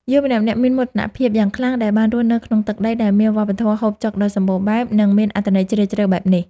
យើងម្នាក់ៗមានមោទនភាពយ៉ាងខ្លាំងដែលបានរស់នៅក្នុងទឹកដីដែលមានវប្បធម៌ហូបចុកដ៏សម្បូរបែប និង មានអត្ថន័យជ្រាលជ្រៅបែបនេះ។